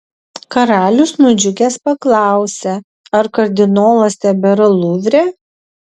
karalius nudžiugęs paklausė ar kardinolas tebėra luvre